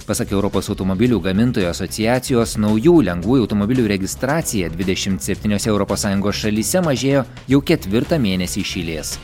pasak europos automobilių gamintojų asociacijos naujų lengvųjų automobilių registracija dvidešimt septyniose europos sąjungos šalyse mažėjo jau ketvirtą mėnesį iš eilės